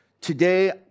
Today